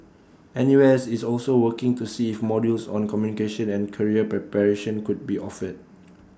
N U S is also working to see if modules on communication and career preparation could be offered